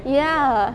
ya